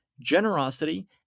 generosity